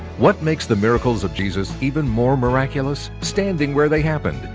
what makes the miracles of jesus even more miraculous? standing where they happened,